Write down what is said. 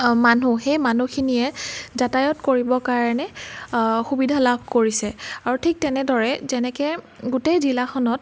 মানুহ সেই মানুহখিনিয়ে যাতায়াত কৰিব কাৰণে সুবিধা লাভ কৰিছে আৰু ঠিক তেনেদৰে যেনেকৈ গোটেই জিলাখনত